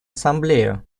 ассамблею